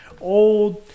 old